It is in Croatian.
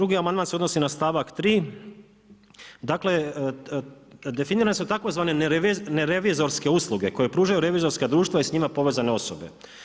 Drugi amandman se odnosi na stavak 3. dakle definirane su tzv. ne revizorske usluge koje pružaju revizorska društva i s njima povezane osobe.